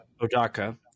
Odaka